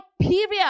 period